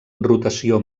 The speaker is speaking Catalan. rotació